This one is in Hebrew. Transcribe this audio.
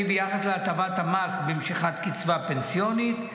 ביחס להטבת המס במשיכת קצבה פנסיונית,